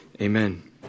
Amen